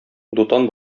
дутан